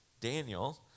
Daniel